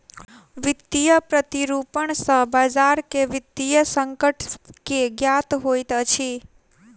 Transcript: वित्तीय प्रतिरूपण सॅ बजार के वित्तीय संकट के ज्ञात होइत अछि